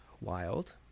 wild